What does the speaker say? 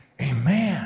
Amen